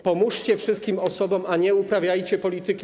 Pomóżcie wszystkim osobom, nie uprawiajcie polityki.